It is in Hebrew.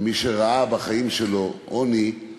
ומי שראה בחיים שלו עוני,